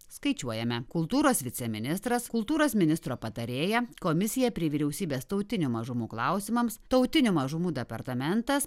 skaičiuojame kultūros viceministras kultūros ministro patarėja komisija prie vyriausybės tautinių mažumų klausimams tautinių mažumų departamentas